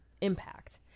impact